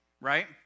right